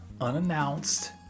unannounced